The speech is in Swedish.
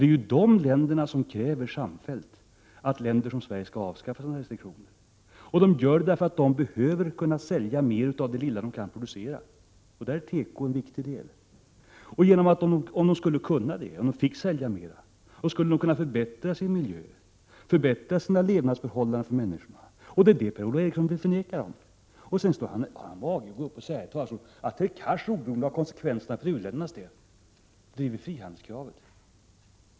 Det är ju de länderna som samfällt kräver att länder som Sverige skall avskaffa sina restriktioner. De gör det därför att de behöver sälja mer av det lilla de kan producera. Tekovarorna är där en viktig del. Om de fick sälja mer skulle de kunna förbättra sin miljö och levnadsförhållandena för människorna. Det är det Per-Ola Eriksson vill förneka dem. Sedan har han mage att gå upp i talarstolen och säga att jag driver kravet på frihandel oberoende av konsekvenserna för u-ländernas del.